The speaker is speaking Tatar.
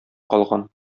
калган